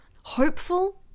hopeful